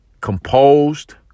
composed